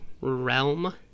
realm